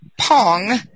Pong